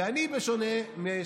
ואני, בשונה משאיפותיך,